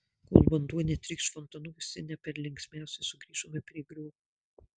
kol vanduo netrykš fontanu visi ne per linksmiausi sugrįžome prie griovio